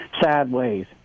sideways